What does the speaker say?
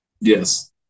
yes